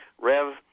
Rev